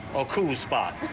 oh cool spot.